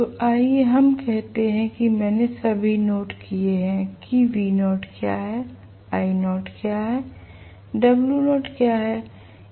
तो आइए हम कहते हैं कि मैंने सभी नोट किए हैं कि V0 क्या है I0 क्या और W0 क्या है